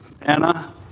Anna